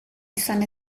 izan